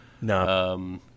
No